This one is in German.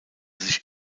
sich